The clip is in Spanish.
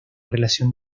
relación